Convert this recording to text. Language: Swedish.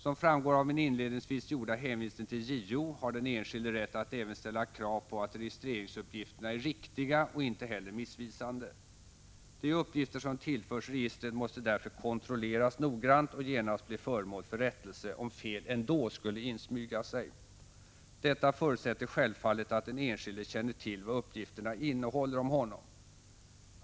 Som framgår av min inledningsvis gjorda hänvisning till JO har den enskilde rätt att även ställa krav på att registreringsuppgifterna är riktiga och inte heller missvisande. De uppgifter som tillförs registret måste därför kontrolleras noggrant och genast bli föremål för rättelse, om fel ändå skulle insmyga sig. Detta förutsätter självfallet att den enskilde känner till vad uppgifterna innehåller om honom.